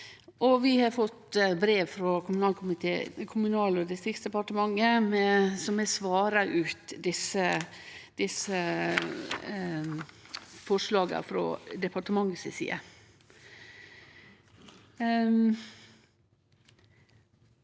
Vi har òg fått brev frå Kommunal- og distriktsdepartementet, som har svara ut desse forslaga frå departementet si side.